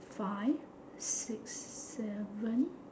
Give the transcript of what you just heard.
five six seven